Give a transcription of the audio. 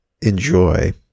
enjoy